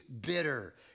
bitter